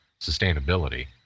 sustainability